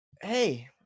hey